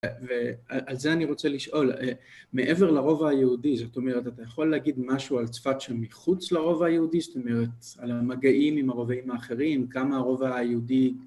ועל זה אני רוצה לשאול, מעבר לרובע היהודי, זאת אומרת, אתה יכול להגיד משהו על צפת של מחוץ לרובע היהודי? זאת אומרת על המגעים עם הרובעים האחרים, כמה הרובע היהודי...